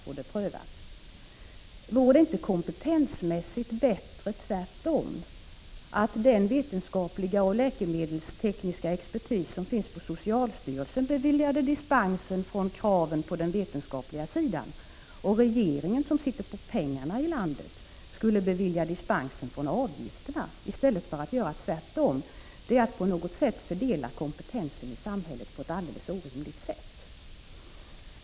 Vore det inte bättre kompetensmässigt tvärtom — att den vetenskapliga och läkemedelstekniska expertis som finns inom socialstyrelsen beviljade dispens från kraven på den vetenskapliga sidan, medan regeringen, som sitter på pengarna i landet, beviljade dispens från avgifterna? Förslaget innebär att man fördelar kompetensen i samhället på ett alldeles orimligt sätt.